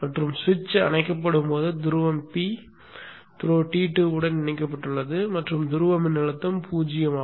மற்றும் சுவிட்ச் அணைக்கப்படும் போது துருவம் P த்ரோ T2 உடன் இணைக்கப்பட்டுள்ளது மற்றும் துருவ மின்னழுத்தம் 0 ஆகும்